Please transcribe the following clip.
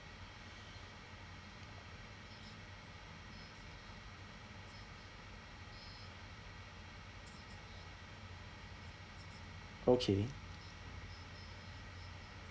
okay